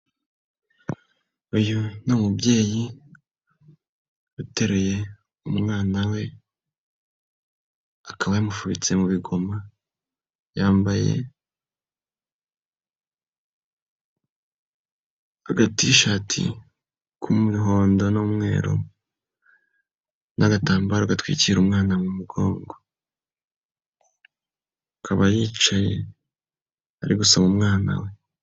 Uyu ni mubyeyi uteruye umwana we, akaba yamufubitse mu bigoma, yambaye agatishati k'umuhondo n'umweru n'agatambaro gatwikira umwana mu mugongo. Akaba yicaye ari gusoma umwana we.